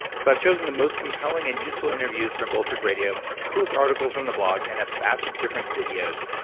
so, i've chosen the most compelling and useful interviews from bulletproof radio, coolest articles from the blog, and a batch of different videos.